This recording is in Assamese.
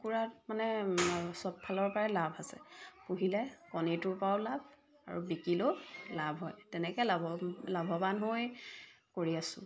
কুকুৰাত মানে সবফালৰ পৰাই লাভ আছে পুহিলে কণীটোৰ পৰাও লাভ আৰু বিকিলেও লাভ হয় তেনেকৈ লাভ লাভৱান হৈ কৰি আছোঁ